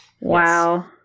Wow